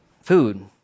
food